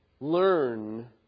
learn